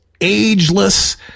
ageless